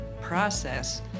process